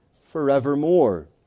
forevermore